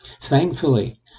Thankfully